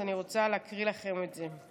אז אני רוצה להקריא לכם את זה.